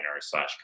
slash